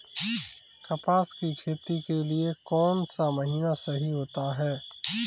कपास की खेती के लिए कौन सा महीना सही होता है?